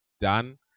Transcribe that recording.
done